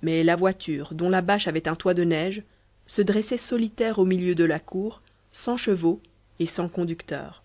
mais la voiture dont la bâche avait un toit de neige se dressait solitaire au milieu de la cour sans chevaux et sans conducteur